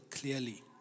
clearly